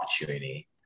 opportunity